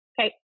Okay